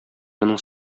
моның